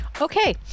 Okay